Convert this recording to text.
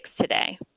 today